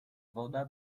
woda